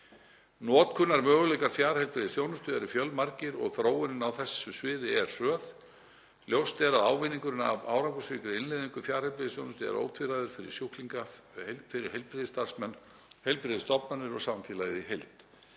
Notkunarmöguleikar fjarheilbrigðisþjónustu eru fjölmargir og þróunin á þessu sviði er hröð. Ljóst er að ávinningurinn af árangursríkri innleiðingu fjarheilbrigðisþjónustu er ótvíræður fyrir sjúklinga, fyrir heilbrigðisstarfsmenn, heilbrigðisstofnanir og samfélagið í heild.